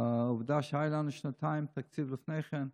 עובדה שהיה לנו שנתיים לפני כן תקציב,